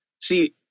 See